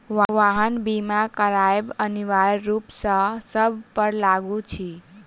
वाहन बीमा करायब अनिवार्य रूप सॅ सभ पर लागू अछि